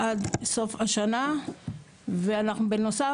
עד סוף השנה ואנחנו בנוסף,